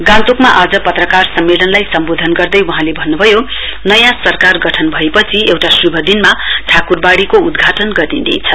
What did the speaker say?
गान्तोकमा आज पत्रकार सम्मेलनलाई सम्बोधन गर्दै वहाँले भन्नु भयो नयाँ सरकार गठन भएपचि एउटा शुभदिनमा ठाकुरवाडीको उदघाटन गरिने छ